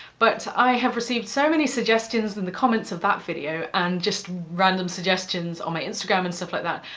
but i have received so many suggestions in the comments of that video, and just random suggestions on my instagram and stuff like that,